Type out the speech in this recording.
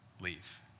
leave